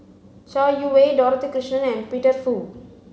Chai Yee Wei Dorothy Krishnan and Peter Fu